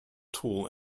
tall